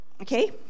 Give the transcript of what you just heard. Okay